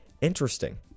Interesting